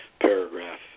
paragraph